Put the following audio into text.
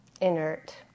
inert